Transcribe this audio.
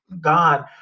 God